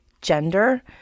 gender